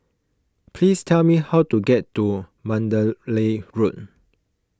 please tell me how to get to Mandalay Road